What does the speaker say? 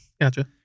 gotcha